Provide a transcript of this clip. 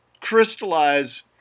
crystallize